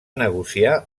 negociar